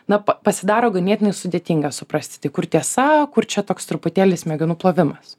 na pa pasidaro ganėtinai sudėtinga suprasti tai kur tiesa kur čia toks truputėlį smegenų plovimas